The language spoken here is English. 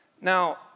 Now